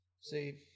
See